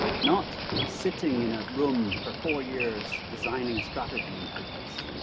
not sitting in a room for four years designing a strategy intelligence.